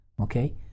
okay